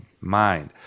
mind